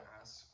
ask